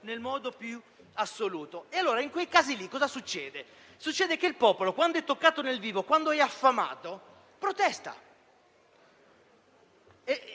nel modo più assoluto. In quel caso che cosa succede? Il popolo, quando è toccato nel vivo, quando è affamato, protesta.